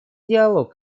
диалог